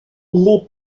les